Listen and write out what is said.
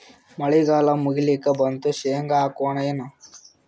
ಮಳಿಗಾಲ ಮುಗಿಲಿಕ್ ಬಂತು, ಶೇಂಗಾ ಹಾಕೋಣ ಏನು?